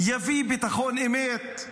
יביא ביטחון אמת.